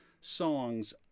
songs